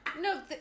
No